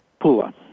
Pula